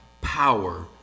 power